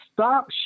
Stop